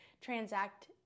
transact